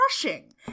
crushing